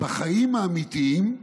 "בחיים האמיתיים,